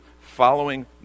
following